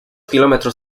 kilómetros